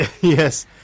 Yes